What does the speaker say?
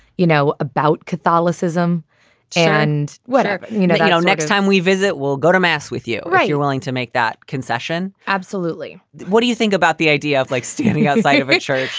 you know, about catholicism and whatever you know you know, next time we visit will go to mass with you. right. you're willing to make that concession? absolutely. what do you think about the idea of like standing outside of a church?